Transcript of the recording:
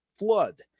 flood